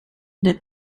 the